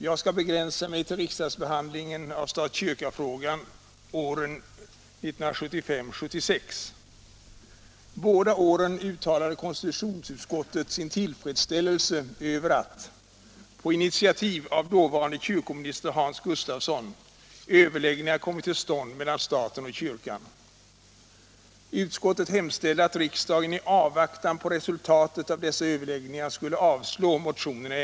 Jag skall begränsa mig till riksdagsbehandlingen av stat-kyrka-frågan åren 1975 och 1976.